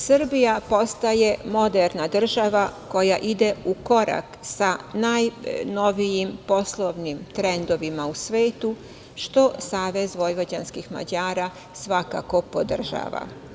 Srbija postaje moderna država koja ide u korak sa najnovijim poslovnim trendovima u svetu, što SVM svakako podržava.